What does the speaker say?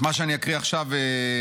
את מה שאני אקרא עכשיו כתבה